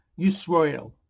Yisrael